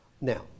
Now